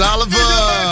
Oliver